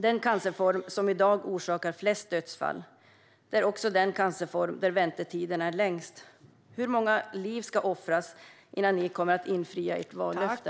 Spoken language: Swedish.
Den cancerform som i dag orsakar flest dödsfall är också den cancerform där väntetiderna för vård är längst. Hur många liv ska offras innan ni infriar ert vallöfte?